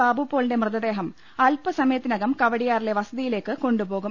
ബാ ബുപോളിന്റെ മൃതദേഹം അല്പസമയത്തിനകം കവടിയാ റിലെ വസതിയിലേക്ക് കൊണ്ടുപോകും